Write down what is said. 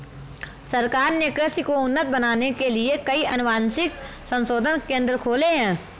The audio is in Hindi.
सरकार ने कृषि को उन्नत बनाने के लिए कई अनुवांशिक संशोधन केंद्र खोले हैं